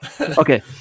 Okay